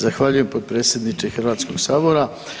Zahvaljujem potpredsjedniče Hrvatskoga sabora.